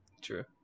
True